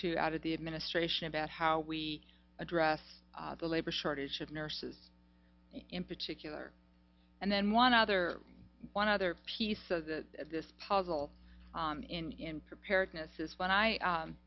to out of the administration about how we address the labor shortage of nurses in particular and then one other one other piece of the this puzzle in preparedness is when i